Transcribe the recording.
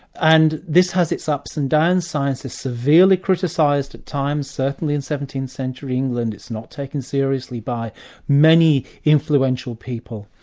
and this has its ups and downs. science is severely criticised at times, certainly in seventeenth century england it's not taken seriously by many influential people.